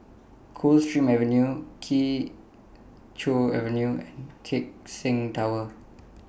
Coldstream Avenue Kee Choe Avenue and Keck Seng Tower